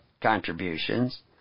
contributions